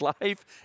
life